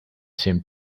seemed